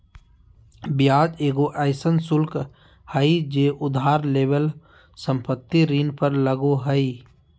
ब्याज एगो अइसन शुल्क हइ जे उधार लेवल संपत्ति ऋण पर लगो हइ